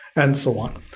and so on.